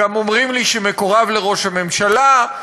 גם אומרים לי שמקורב לראש הממשלה,